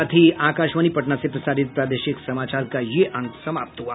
इसके साथ ही आकाशवाणी पटना से प्रसारित प्रादेशिक समाचार का ये अंक समाप्त हुआ